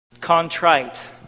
contrite